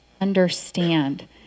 understand